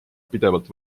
pidevalt